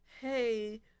hey